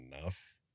enough